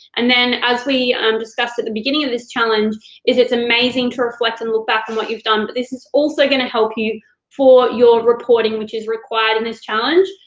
and then, as we um discussed at the beginning of this challenge is it's amazing to reflect and look back at and what you've done, but this is also gonna help you for your reporting, which is required in this challenge,